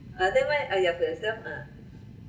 ah never mind ah for yourself ah